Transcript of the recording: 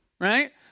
right